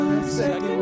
Second